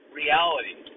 reality